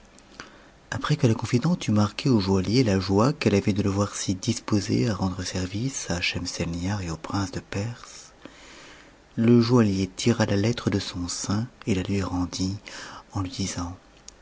après que la confidente eut marqué au joaillier la joie qu'elle avait de c voir si disposé à rendre service à schemselnihar et au prince de perse le joaillier tira la lettre de son sein et la lui rendit en lui disant